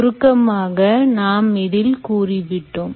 சுருக்கமாக நாம் இதில் கூறிவிட்டோம்